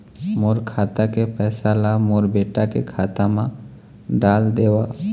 मोर खाता के पैसा ला मोर बेटा के खाता मा डाल देव?